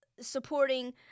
Supporting